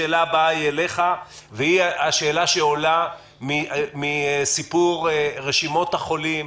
השאלה הבאה היא אליך והיא השאלה שעולה מסיפור רשימות החולים,